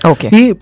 Okay